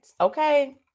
okay